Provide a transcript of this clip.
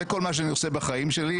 זה כל מה שאני עושה בחיים שלי.